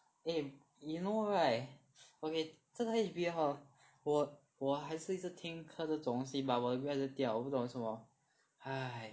eh you know right okay 这个 H_B_L hor 我我还是一直听课这种东西 but 我 result 一直掉我不懂为什么 !hais!